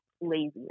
laziness